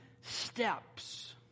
steps